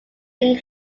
being